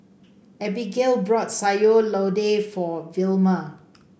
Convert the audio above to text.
Abigayle brought Sayur Lodeh for Vilma